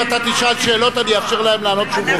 אם אתה תשאל שאלות אני אאפשר להם לענות תשובות.